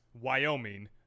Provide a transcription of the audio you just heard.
wyoming